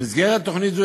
במסגרת תוכנית זו,